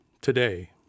today